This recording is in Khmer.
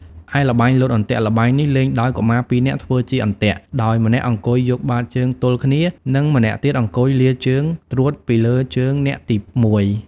ឯល្បែងលោតអន្ទាក់ល្បែងនេះលេងដោយកុមារពីរនាក់ធ្វើជាអន្ទាក់ ដោយម្នាក់អង្គុយយកបាតជើងទល់គ្នា និងម្នាក់ទៀតអង្គុយលាជើងត្រួតពីលើជើងអ្នកទីមួយ ។